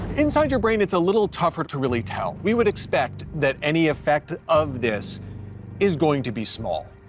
inside your brain, it's a little tougher to really tell, we would expect that any effect of this is going to be small.